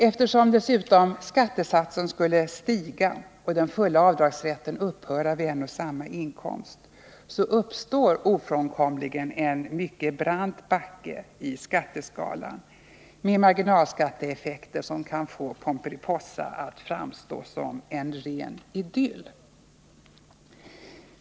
Eftersom dessutom skattesatsen skulle stiga och den fulla avdragsrätten upphöra vid en och samma inkomst, uppstår ofrånkomligen en mycket brant backe i skatteskalan med marginalskatteeffekter som kan få Pomperipossa att framstå som en ren idyll.